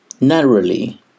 narrowly